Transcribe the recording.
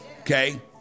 Okay